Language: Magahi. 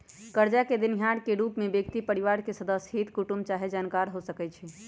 करजा देनिहार के रूप में व्यक्ति परिवार के सदस्य, हित कुटूम चाहे जानकार हो सकइ छइ